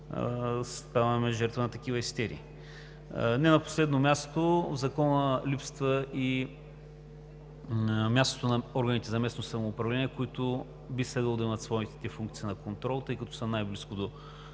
ставаме жертва на такива истерии. Не на последно място, в Закона липсва и мястото на органите за местно самоуправление, които би следвало да имат своите функции на контрол, тъй като са най-близко до